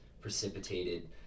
precipitated